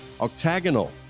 Octagonal